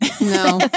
No